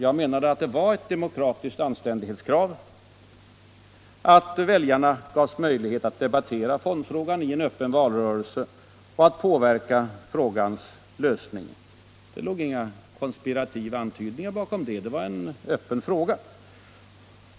Jag menade att det var ett demokratiskt anständighetskrav att väljarna gavs möjlighet att debattera fondfrågan i en öppen valrörelse och att påverka frågans lösning. Det låg inga konspirativa antydningar bakom det, det var en öppen fråga.